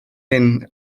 hyn